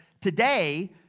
today